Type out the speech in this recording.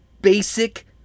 basic